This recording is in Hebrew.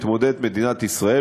מתמודדת מדינת ישראל,